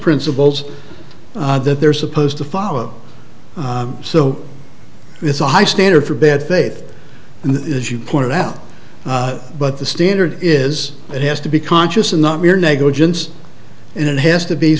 principles that they're supposed to follow so it's a high standard for bad faith and as you pointed out but the standard is it has to be conscious and not mere negligence and it has to be